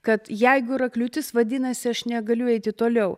kad jeigu yra kliūtis vadinasi aš negaliu eiti toliau